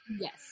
yes